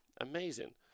Amazing